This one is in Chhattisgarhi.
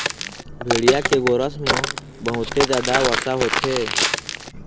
भेड़िया के गोरस म बहुते जादा वसा होथे